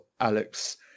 Alex